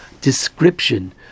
description